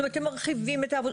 זאת אומרת, הם מרחיבים את העבודה.